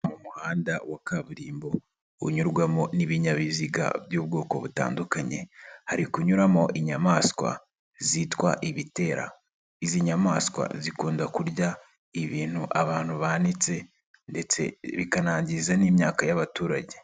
Umuhanda wa kaburimbo unyurwamo n'ibinyabiziga by'ubwoko butandukanye, hari kunyuramo inyamaswa zitwa ibitera, izi nyamaswa zikunda kurya ibintu abantu banitse ndetse bikanangiza n'imyaka y'abaturage.